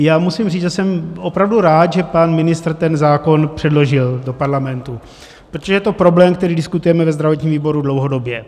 Já musím říct, že jsem opravdu rád, že pan ministr ten zákon předložil do Parlamentu, protože je to problém, který diskutujeme ve zdravotním výboru dlouhodobě.